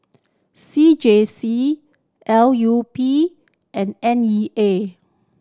C J C L U P and N E A